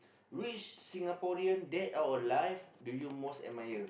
which Singaporean dad out of life do you most admire